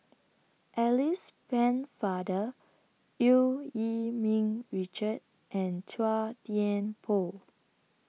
Alice Pennefather EU Yee Ming Richard and Chua Thian Poh